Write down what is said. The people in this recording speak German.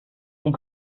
den